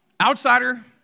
Outsider